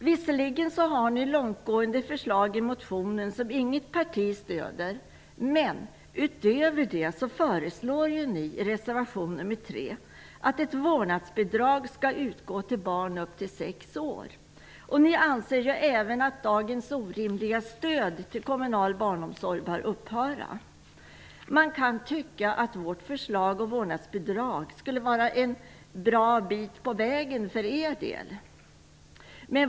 Visserligen har ni långtgående förslag i motionen, som inget parti stöder. Men utöver detta föreslår ni i reservation 3 års ålder. Ni anser även att dagens orimliga stöd till kommunal barnomsorg bör upphöra. Man kan tycka att vårt förslag om vårdnadsbidrag skulle vara att komma en bra bit på vägen för er del.